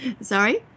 Sorry